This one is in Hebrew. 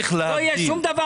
לא יהיה שום דבר,